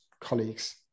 colleagues